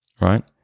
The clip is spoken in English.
Right